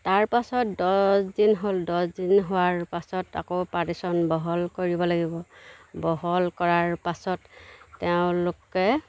তাৰ পাছত দহদিন হ'ল দহদিন হোৱাৰ পাছত আকৌ পাৰ্টিশ্যন বহল কৰিব লাগিব বহল কৰাৰ পাছত তেওঁলোকে